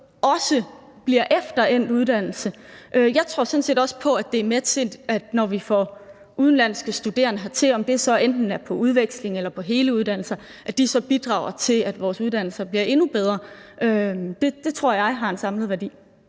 også bliver efter endt uddannelse. Jeg tror sådan set også på, at når vi får udenlandske studerende hertil, om det så enten er på udveksling eller på hele uddannelser, er det med til at bidrage til, at vores uddannelser bliver endnu bedre. Det tror jeg har en samlet værdi.